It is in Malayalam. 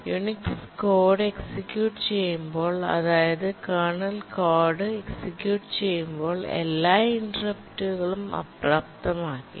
യുണിക്സ് കോഡ് എക്സിക്യൂട്ട് ചെയ്യുമ്പോൾ അതായത് കേർണൽ കോഡ് എക്സിക്യൂട്ട് ചെയ്യുമ്പോൾ എല്ലാ ഇന്റെർപ്റ്റുകളും അപ്രാപ്തമാക്കി